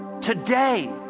Today